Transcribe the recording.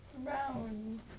Round